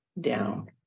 down